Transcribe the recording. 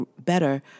better